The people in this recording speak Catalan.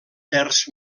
terç